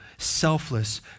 selfless